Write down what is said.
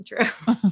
True